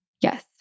Yes